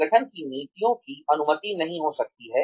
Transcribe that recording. संगठन की नीतियों की अनुमति नहीं हो सकती है